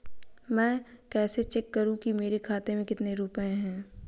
मैं कैसे चेक करूं कि मेरे खाते में कितने रुपए हैं?